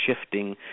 shifting